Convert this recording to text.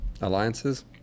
alliances